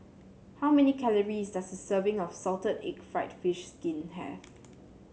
how many calories does serving of Salted Egg fried fish skin have